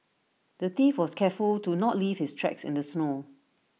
the thief was careful to not leave his tracks in the snow